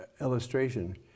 illustration